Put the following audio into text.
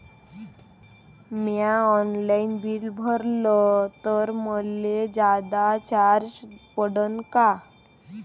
म्या online bill भरलं तर मले जादा चार्ज पडन का?